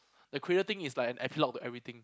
the cradle thing is like an epilogue to everything